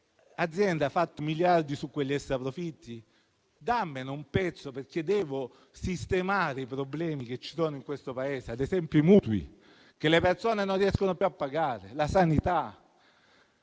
patriote: hai fatto miliardi su quegli extraprofitti? Dammene una parte, perché devo sistemare i problemi che ci sono in questo Paese. Penso, ad esempio, ai mutui, che le persone non riescono più a pagare, o anche